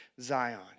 Zion